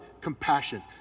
compassion